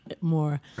more